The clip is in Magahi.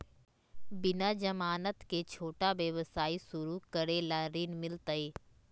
बिना जमानत के, छोटा व्यवसाय शुरू करे ला ऋण मिलतई?